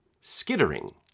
skittering